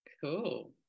Cool